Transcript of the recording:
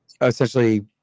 essentially